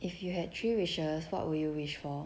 if you had three wishes what would you wish for